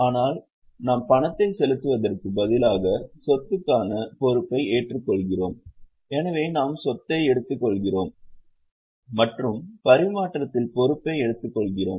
ஆனால் நாம் பணத்தை செலுத்துவதற்கு பதிலாக சொத்துக்கான பொறுப்பை ஏற்றுக்கொள்கிறோம் எனவே நாம் சொத்தை எடுத்துக்கொள்கிறோம் மற்றும் பரிமாற்றத்தில் பொறுப்பை எடுத்துக்கொள்கிறோம்